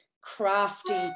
crafty